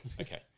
Okay